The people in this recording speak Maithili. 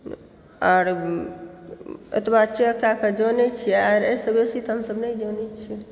आर एतबए चेक कएकऽ जानय छियै आर एहिसँ बेसी तऽ हमसभ नहि जानैत छियै